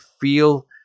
feel